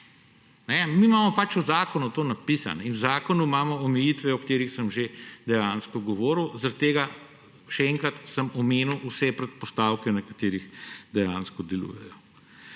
Mi imamo pač v zakonu to napisano in v zakonu imamo omejitve, o katerih sem že dejansko govoril, zaradi tega še enkrat, omenil sem vse predpostavke, na katerih dejansko delujejo.